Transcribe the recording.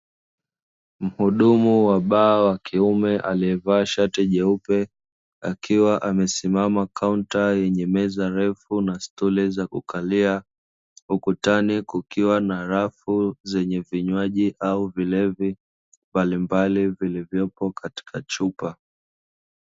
Mhudumu wa baa wa kiume aliyevaa shati jeupe, akiwa amesimama kaunta yenye meza ndefu na stuli za kukalia ukutani kukiwa na rafu zenye vinywaji au vilevi mbalimbali vilivyopo katika chupa.